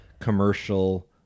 commercial